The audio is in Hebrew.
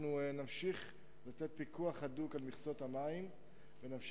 אנחנו נמשיך בפיקוח הדוק על מכסות המים ונמשיך